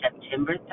september